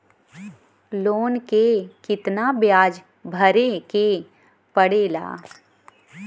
Loan के कितना ब्याज भरे के पड़े ला?